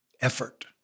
effort